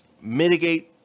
Mitigate